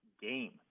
game